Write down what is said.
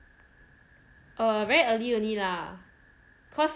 err very early only lah cause